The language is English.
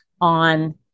on